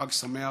חג שמח.